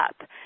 up